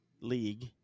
league